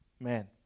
man